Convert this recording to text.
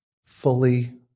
fully